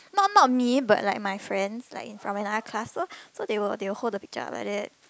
not not me but like my friend like from another classes so so they will they will hold the picture like that